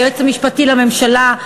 היועץ המשפטי לממשלה,